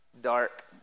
dark